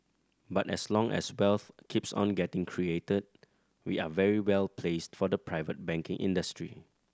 but as long as wealth keeps on getting created we are very well placed for the private banking industry